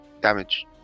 damage